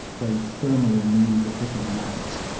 they thermally move at different amounts.